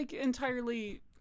entirely